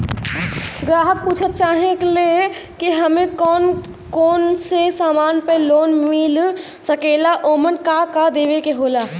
ग्राहक पुछत चाहे ले की हमे कौन कोन से समान पे लोन मील सकेला ओमन का का देवे के होला?